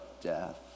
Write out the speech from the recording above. death